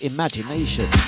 Imagination